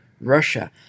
Russia